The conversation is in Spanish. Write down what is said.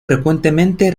frecuentemente